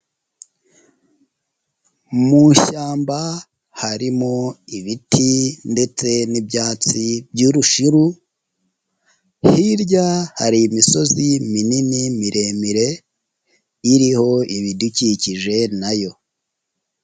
Mu ishyamba harimo ibiti ndetse n'ibyatsi by'urushiru, hirya hari imisozi minini miremire iriho ibidukikije na yo.